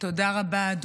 תודה רבה.